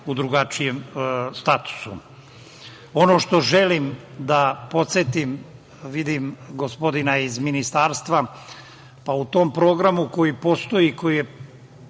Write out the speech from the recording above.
drugačijem statusu. Ono što želim da podsetim, vidim gospodina iz Ministarstva, u tom programu koji postoji i koji je